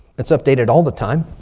it's updated all the time.